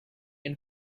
and